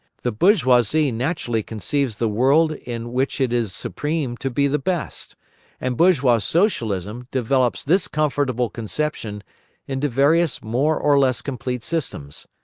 the bourgeoisie naturally conceives the world in which it is supreme to be the best and bourgeois socialism develops this comfortable conception into various more or less complete systems.